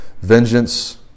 vengeance